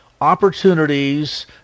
opportunities